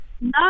No